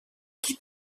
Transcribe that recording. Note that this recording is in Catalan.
qui